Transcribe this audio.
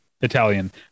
italian